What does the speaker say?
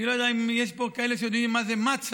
אני לא יודע אם יש פה כאלה שיודעים מה זה מצ"א,